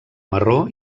marró